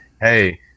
hey